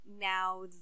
now